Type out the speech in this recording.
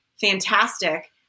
fantastic